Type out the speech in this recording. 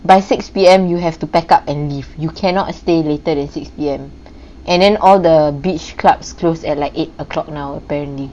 by six P_M you have to pack up and leave you cannot stay later than six P_M and then all the beach clubs close at like eight o'clock now apparently